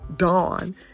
Dawn